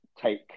take